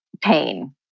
pain